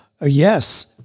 yes